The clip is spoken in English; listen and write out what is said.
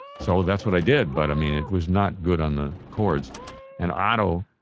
so that's what i did but i mean it was not good on the cords and otto,